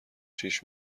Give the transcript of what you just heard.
شیش